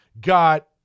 got